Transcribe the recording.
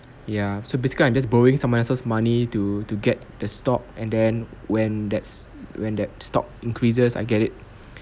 ya so basically I'm just borrowing someone else's money to to get the stock and then when that s~ when that stock increases I get it